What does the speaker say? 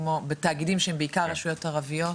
בתאגידים שהם בעיקר רשויות ערביות?